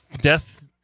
death